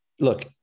look